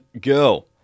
go